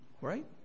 Right